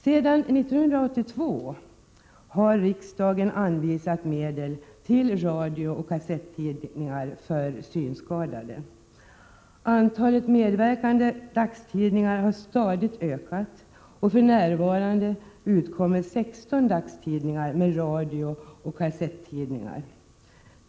Sedan 1982 har riksdagen anvisat medel till radiooch kassettidningar för synskadade. Antalet medverkande dagstidningar har stadigt ökat, och för närvarande utkommer 16 dagstidningar med radiooch kassettidningar.